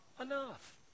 enough